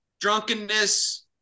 drunkenness